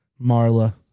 Marla